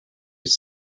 ich